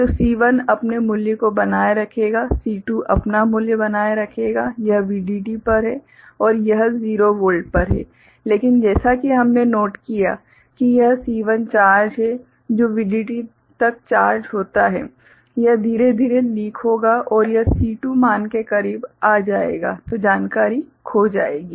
तो C1 अपने मूल्य को बनाए रखेगा C2 अपना मूल्य बनाए रखेगा यह VDD पर है और यह 0 वोल्ट पर है लेकिन जैसा कि हमने नोट किया है कि यह C1 चार्ज है जो VDD तक चार्ज होता है यह धीरे धीरे लीक होगा और यह C2 मान के करीब आ जाएगा तो जानकारी खो जाएगी